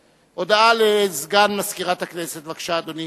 הודעה לסגן מזכירת הכנסת, בבקשה, אדוני.